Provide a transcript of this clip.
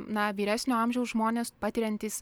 na vyresnio amžiaus žmonės patiriantys